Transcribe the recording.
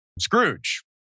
Scrooge